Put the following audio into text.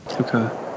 Okay